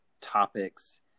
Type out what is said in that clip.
topics